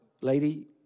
lady